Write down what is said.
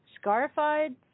scarified